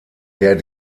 der